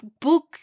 Book